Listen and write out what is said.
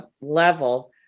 level